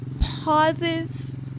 pauses